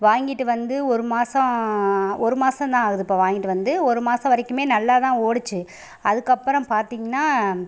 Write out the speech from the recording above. வாங்கிட்டு வந்து ஒரு மாதம் ஒரு மாதம் தான் ஆகுது இப்போது வாங்கிட்டு வந்து ஒரு மாதம் வரைக்குமே நல்லா தான் ஓடுச்சு அதுக்கப்புறம் பார்த்தீங்கன்னா